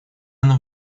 она